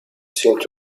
seemed